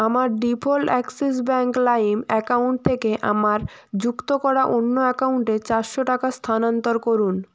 আমার default Axis bank lime account থেকে আমার যুক্ত করা অন্য অ্যাকাউন্টে চারশো টাকা স্থানান্তর করুন